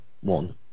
one